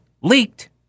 leaked